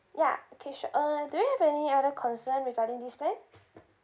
ya okay sure uh do you have any other concern regarding this plan